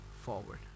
forward